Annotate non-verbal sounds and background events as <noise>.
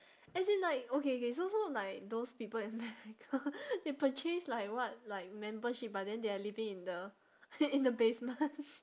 as in like okay K so so like those people in <laughs> america they purchase like what like membership but then they are living in the <laughs> in the basement <laughs>